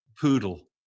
Poodle